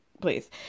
please